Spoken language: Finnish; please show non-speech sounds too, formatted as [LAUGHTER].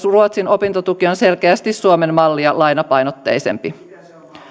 [UNINTELLIGIBLE] ruotsin opintotuki on selkeästi suomen mallia lainapainotteisempi